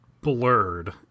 blurred